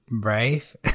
brave